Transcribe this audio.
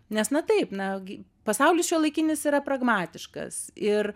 nes na taip na gi pasaulis šiuolaikinis yra pragmatiškas ir